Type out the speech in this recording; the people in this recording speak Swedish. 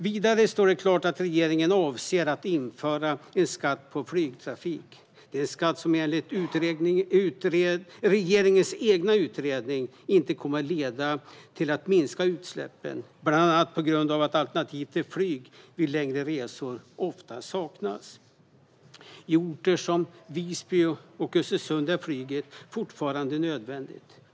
Vidare står det klart att regeringen avser att införa en skatt på flygtrafik. Det är en skatt som enligt regeringens egen utredning inte kommer att leda till att minska utsläppen, bland annat på grund av att alternativ till flyg vid längre resor ofta saknas. I orter som Visby och Östersund är flyget fortfarande nödvändigt.